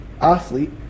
athlete